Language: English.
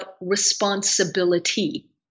responsibility